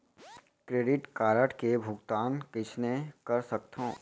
Credit card के भुगतान कइसने कर सकथो?